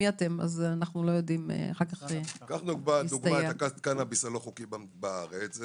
קח לדוגמה את הקנאביס הלא חוקי בארץ,